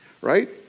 right